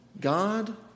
God